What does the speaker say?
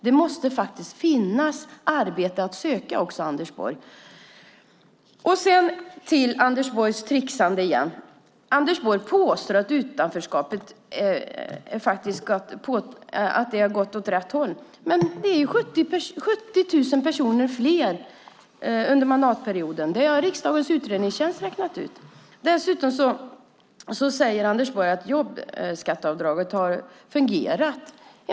Det måste faktiskt finnas arbete att söka, Anders Borg. Jag kommer tillbaka till Anders Borgs tricksande igen. Anders Borg påstår att antalet i utanförskap har gått åt rätt håll. Men det har blivit 70 000 personer fler under mandatperioden. Det har riksdagens utredningstjänst räknat ut. Dessutom säger Anders Borg att jobbskatteavdraget har fungerat.